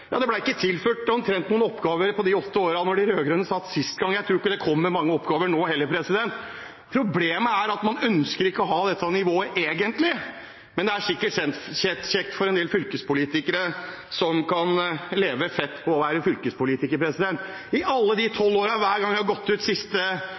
de rød-grønne satt. Jeg tror ikke det kommer mange oppgaver nå heller. Problemet er at man egentlig ikke ønsker å ha dette nivået, men det er sikkert kjekt for en del fylkespolitikere som kan leve fett på å være fylkespolitiker. Hver gang jeg har gått ut fra siste møte i alle de